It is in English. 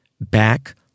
back